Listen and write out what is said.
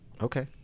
Okay